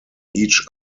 each